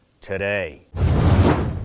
today